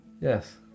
Yes